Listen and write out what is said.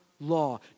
law